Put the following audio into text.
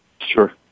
Sure